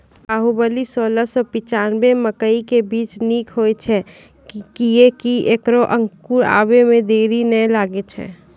बाहुबली सोलह सौ पिच्छान्यबे मकई के बीज निक होई छै किये की ऐकरा अंकुर आबै मे देरी नैय लागै छै?